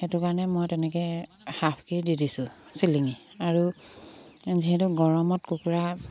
সেইটো কাৰণে মই তেনেকৈ হাফকেই দি দিছোঁ চিলিঙি আৰু যিহেতু গৰমত কুকুৰা